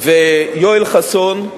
ויואל חסון,